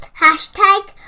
Hashtag